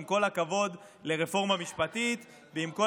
עם כל הכבוד לרפורמה משפטית ועם כל